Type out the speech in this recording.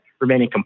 remaining